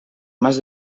más